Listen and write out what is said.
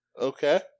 Okay